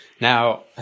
Now